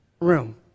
room